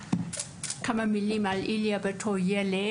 כמה מילים על איליה כילד.